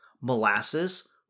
molasses